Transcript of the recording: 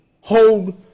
hold